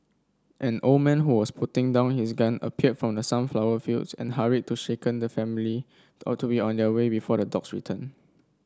an old man who was putting down his gun appeared from the sunflower fields and hurried to shaken the family out to be on their way before the dogs return